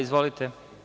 Izvolite.